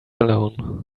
alone